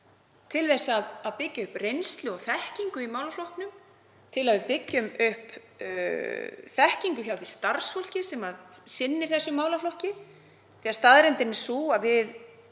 til að byggja upp reynslu og þekkingu í málaflokknum, til að byggja upp þekkingu hjá því starfsfólki sem sinnir þessum málaflokki,. Staðreyndin er sú að